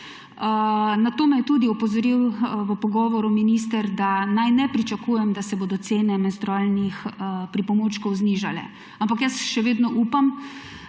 Na to me je tudi opozoril v pogovoru minister, da naj ne pričakujem, da se bodo cene menstrualnih pripomočkov znižale. Ampak jaz še vedno upam,